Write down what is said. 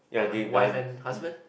of the wife and husband